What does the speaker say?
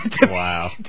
Wow